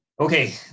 okay